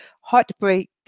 Heartbreak